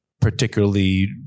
particularly